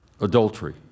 Adultery